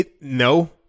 No